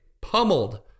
pummeled